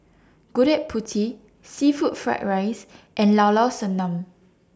Gudeg Putih Seafood Fried Rice and Llao Llao Sanum